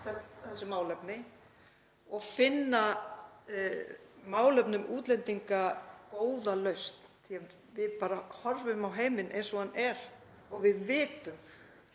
þessi málefni og finna málefnum útlendinga góða lausn, því að við horfum á heiminn eins og hann er og við vitum